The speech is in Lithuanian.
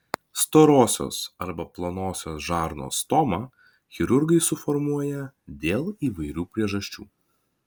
storosios arba plonosios žarnos stomą chirurgai suformuoja dėl įvairių priežasčių